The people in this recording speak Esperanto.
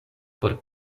por